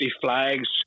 flags